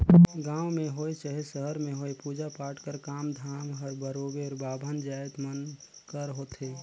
गाँव में होए चहे सहर में होए पूजा पाठ कर काम धाम हर बरोबेर बाभन जाएत मन कर होथे